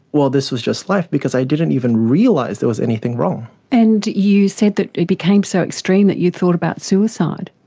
well, this was just life because i didn't even realise there was anything wrong. and you said that it became so extreme that you thought about suicide.